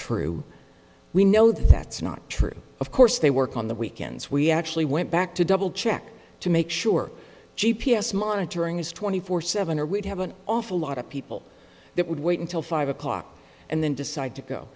true we know that's not true of course they work on the weekends we actually went back to double check to make sure g p s monitoring is twenty four seven or would have an awful lot of people that would wait until five o'clock and then decide to go